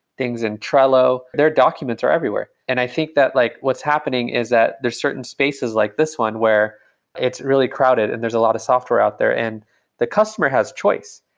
things in trello. their documents are everywhere. and i think that like what's happening is that there are certain spaces like this one where it's really crowded and there's a lot of software out there, and the customer has choice.